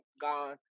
gone